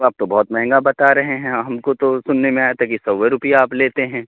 تو آپ تو بہت مہنگا بتا رہے ہیں ہم کو تو سننے میں آیا تھا کہ سو ہی روپیہ آپ لیتے ہیں